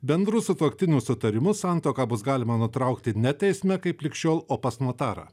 bendru sutuoktinių sutarimu santuoką bus galima nutraukti ne teisme kaip lig šiol o pas notarą